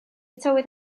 tywydd